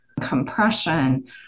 compression